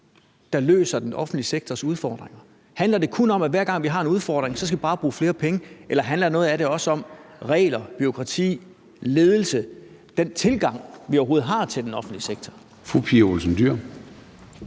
der løser den offentlige sektors udfordringer? Handler det kun om, at hver gang vi har en udfordring, skal vi bare bruge flere penge, eller handler noget af det også om regler, bureaukrati, ledelse, den tilgang, vi overhovedet har, til den offentlige sektor? Kl.